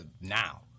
now